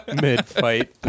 Mid-fight